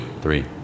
three